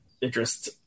interest